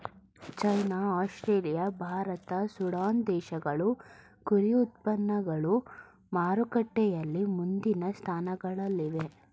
China Australia Bharat Sudan ದೇಶಗಳು ಕುರಿ ಉತ್ಪನ್ನಗಳು ಮಾರುಕಟ್ಟೆಯಲ್ಲಿ ಮುಂದಿನ ಸ್ಥಾನಗಳಲ್ಲಿವೆ